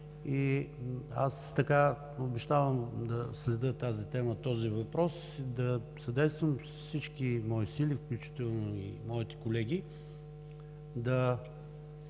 Аз обещавам да следя тази тема, този въпрос и да съдействам с всички мои сили, включително и моите колеги, да